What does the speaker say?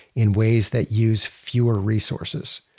in ways that use fewer resources.